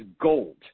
gold